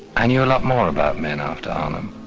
i knew a lot more about men after arnhem.